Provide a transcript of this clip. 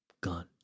gone